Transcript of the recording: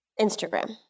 Instagram